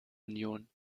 union